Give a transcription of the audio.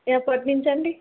ఎప్పటి నుంచి అండి